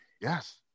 Yes